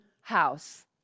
house